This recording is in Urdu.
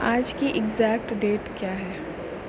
آج کی ایکزیکٹ ڈیٹ کیا ہے